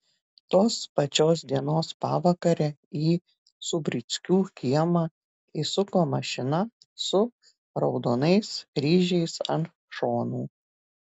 tos pačios dienos pavakare į zubrickų kiemą įsuko mašina su raudonais kryžiais ant šonų